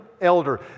elder